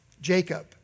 Jacob